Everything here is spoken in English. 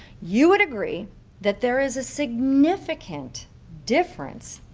you would agree that there is a significant difference,